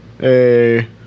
hey